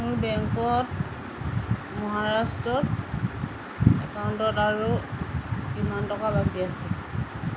মোৰ বেংকত মহাৰাষ্ট্ৰৰ একাউণ্টত আৰু কিমান টকা বাকী আছে